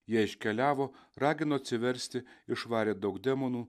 jie iškeliavo ragino atsiversti išvarė daug demonų